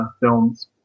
films